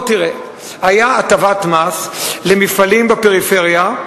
בוא תראה: היתה הטבת מס למפעלים בפריפריה,